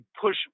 push